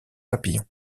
papillons